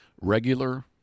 regular